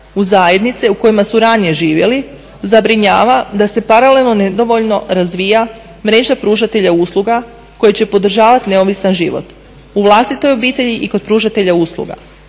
u zajednice u kojima su ranije živjeli zabrinjava da se paralelno nedovoljno razvija mreža pružatelja usluga koje će podržavati neovisan život u vlastitoj obitelji i kod pružatelja usluga.